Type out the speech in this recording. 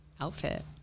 outfit